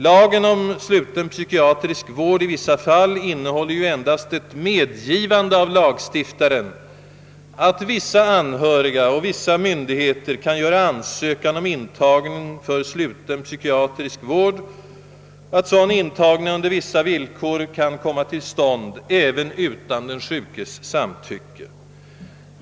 Lagen om sluten psykiatrisk vård i vissa fall innehåller ju endast ett medgivande av lagstiftaren att vissa anhöriga och vissa myndigheter kan göra ansökan om intagning för sluten psykiatrisk vård och att sådan intagning på vissa villkor kan komma till stånd även utan den sjukes samtycke.